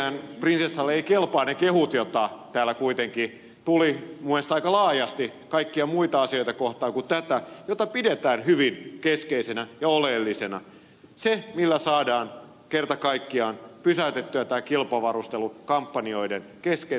näköjään prinsessalle eivät kelpaa ne kehut joita täällä kuitenkin tuli minun mielestäni aika laajasti kaikkia muita asioita kohtaan paitsi tätä jota pidetään hyvin keskeisenä ja oleellisena jolla saadaan kerta kaikkiaan pysäytettyä tämä kilpavarustelu kampanjoiden kesken